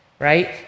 right